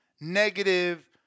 negative